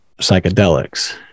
psychedelics